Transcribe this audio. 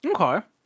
Okay